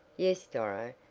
yes, doro,